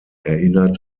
erinnert